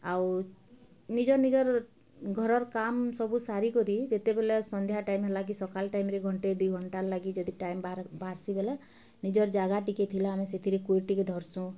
ଆଉ ନିଜର୍ ନିଜର୍ ଘରର୍ କାମ୍ ସବୁ ସାରିକରି ଯେତେବେଲେ ସନ୍ଧ୍ୟା ଟାଇମ୍ ହେଲା ସକାଲ୍ ଟାଇମ୍ରେ ଘଣ୍ଟେ ଦି ଘଣ୍ଟା ଲାଗି ଯଦି ଟାଇମ୍ ବାହାରିସି ବେଲେ ନିଜର୍ ଜାଗା ଟିକେ ଥିଲା ଆମେ ସେଥିରେ କୁରେଡ୍ ଟିକେ ଧର୍ସୁଁ